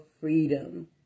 freedom